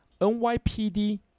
NYPD